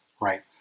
right